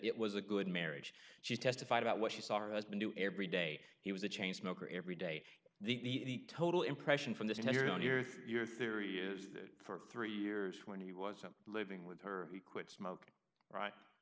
it was a good marriage she testified about what she saw has been do every day he was a chain smoker every day the total impression from this ten year on year your theory is that for three years when he wasn't living with her he quit smoking right